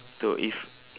so if